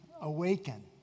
awaken